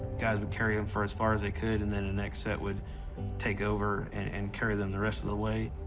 guys would carry them and for as far as they could, and then a next set would take over and and carry them the rest of the way.